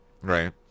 right